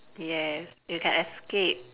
yes you can escape